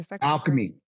alchemy